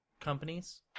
companies